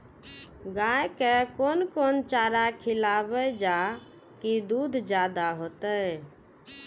गाय के कोन कोन चारा खिलाबे जा की दूध जादे होते?